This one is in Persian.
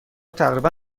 تقریبا